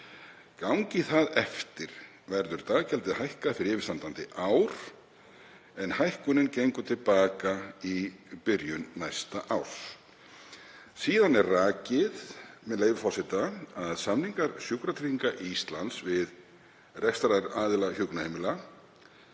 Gangi það eftir verður daggjaldið hækkað fyrir yfirstandandi ár en hækkunin gengur til baka í byrjun næsta árs.“ Síðan er rakið, með leyfi forseta: „Samningar Sjúkratrygginga Íslands við rekstraraðila hjúkrunarheimila